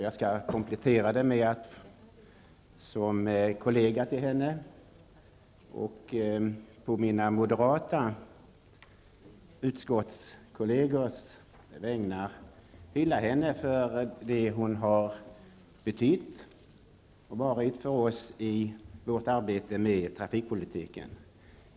Jag skall komplettera det med att som kollega, och på mina moderata utskottskollegers vägnar, hylla henne för det hon har betytt och varit för oss i vårt arbete med trafikpolitiken.